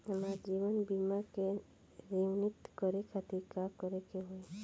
हमार जीवन बीमा के रिन्यू करे खातिर का करे के होई?